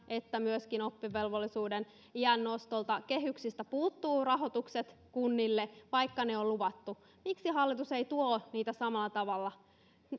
tältä että myöskin oppivelvollisuuden iän nostolta kehyksistä puuttuu rahoitukset kunnille vaikka ne on luvattu miksi hallitus ei tuo niitä samalla tavalla